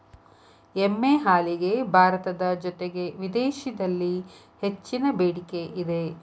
ಎಮ್ಮೆ ಹಾಲಿಗೆ ಭಾರತದ ಜೊತೆಗೆ ವಿದೇಶಿದಲ್ಲಿ ಹೆಚ್ಚಿನ ಬೆಡಿಕೆ ಇದೆ